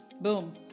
Boom